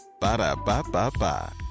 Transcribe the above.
Ba-da-ba-ba-ba